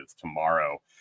tomorrow